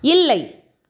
இல்லை